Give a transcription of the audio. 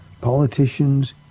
politicians